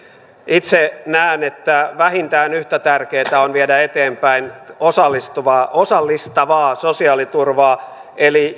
itse näen että vähintään yhtä tärkeätä on viedä eteenpäin osallistavaa osallistavaa sosiaaliturvaa